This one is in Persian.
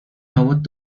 لابد